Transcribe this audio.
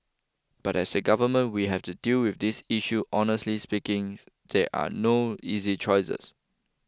but as a government we have to deal with this issue honestly speaking there are no easy choices